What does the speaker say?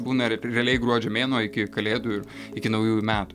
būna ir p realiai gruodžio mėnuo iki kalėdų ir iki naujųjų metų